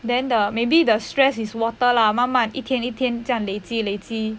then the maybe the stress is water lah 慢慢一天一天这样累积累积